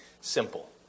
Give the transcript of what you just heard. simple